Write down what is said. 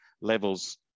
levels